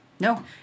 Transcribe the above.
No